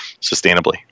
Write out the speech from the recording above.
sustainably